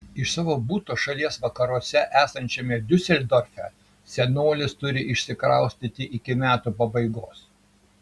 iš savo buto šalies vakaruose esančiame diuseldorfe senolis turi išsikraustyti iki metų pabaigos